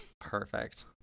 Perfect